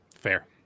Fair